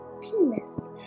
penis